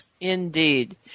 Indeed